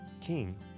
King